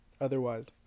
otherwise